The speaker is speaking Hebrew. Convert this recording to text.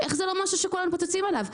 איך לא כולם מתפוצצים על הדבר הזה?